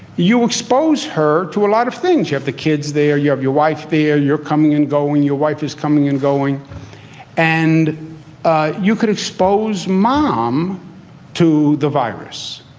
you expose her to a lot of things. you have the kids there, you have your wife there. ah you're coming and going your wife is coming and going and ah you could expose mom to the virus.